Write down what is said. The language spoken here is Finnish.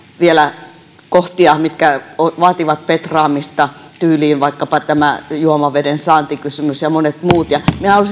vielä monia kohtia mitkä vaativat petraamista tyyliin vaikkapa tämä juomaveden saantikysymys ja monet muut ja minä haluaisin nyt